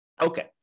Okay